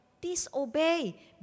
Disobey